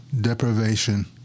deprivation